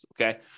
okay